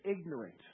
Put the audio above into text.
ignorant